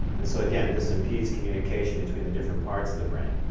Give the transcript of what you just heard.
and so, again, this impedes communication between the different parts of the brain.